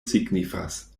signifas